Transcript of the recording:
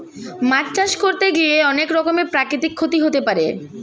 মাছ চাষ করতে গিয়ে অনেক রকমের প্রাকৃতিক ক্ষতি হতে পারে